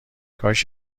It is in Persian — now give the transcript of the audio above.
کاش